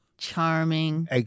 Charming